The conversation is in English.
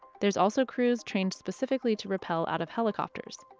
there's also crews trained specifically to repel out of helicopters.